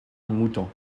mouton